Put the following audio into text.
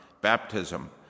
baptism